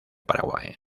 paraguay